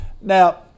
Now